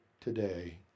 today